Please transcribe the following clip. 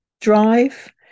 drive